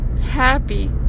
happy